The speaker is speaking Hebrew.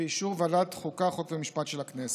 ובאישור ועדת חוקה, חוק ומשפט של הכנסת.